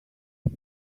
was